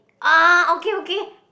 ah okay okay